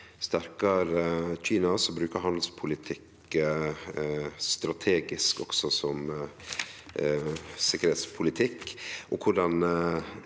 sta dig sterkare Kina som bruker handelspolitikk strategisk, også som sikkerheitspolitikk,